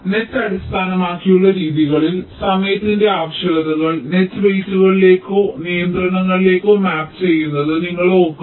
net അടിസ്ഥാനമാക്കിയുള്ള രീതികളിൽ സമയത്തിന്റെ ആവശ്യകതകൾ നെറ്റ് വെയ്റ്റുകളിലേക്കോ നിയന്ത്രണങ്ങളിലേക്കോ മാപ്പ് ചെയ്യുന്നത് നിങ്ങൾ ഓർക്കുന്നു